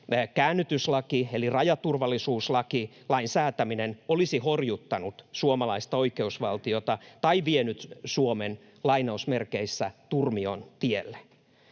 käännytyslaki eli rajaturvallisuuslaki, lain säätäminen, olisi horjuttanut suomalaista oikeusvaltiota tai vienyt Suomen ”turmion tielle”.